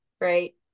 right